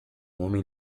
homem